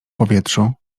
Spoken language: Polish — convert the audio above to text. powietrzu